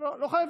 לא חייבים.